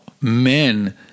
men